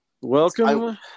Welcome